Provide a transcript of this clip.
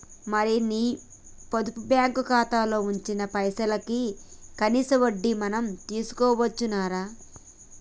మరి నీ పొదుపు బ్యాంకు ఖాతాలో ఉంచిన పైసలకి కనీస వడ్డీ మనం తీసుకోవచ్చు రా